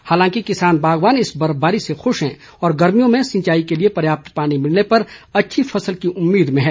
हालांकि किसान बागवान इस बर्फबारी से खुश हैं और गर्मियों में सिंचाई के लिए पर्याप्त पानी मिलने पर अच्छी फसल की उम्मीद में हैं